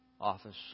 office